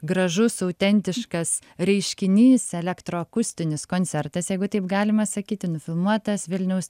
gražus autentiškas reiškinys elektroakustinis koncertas jeigu taip galima sakyti nufilmuotas vilniaus